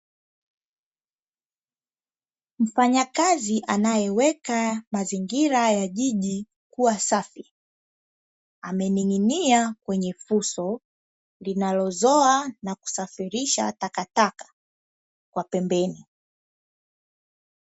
Mfanyakazi anayeweka mazingira ya jiji kuwa safi, amening'inia kwenye fuso linalozoa na kusafirisha takataka kwa pembeni.